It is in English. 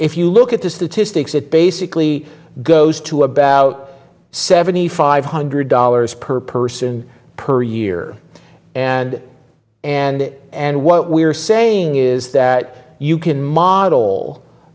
if you look at the statistics it basically goes to about seventy five hundred dollars per person per year and and it and what we're saying is that you can model